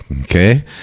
Okay